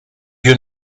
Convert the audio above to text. you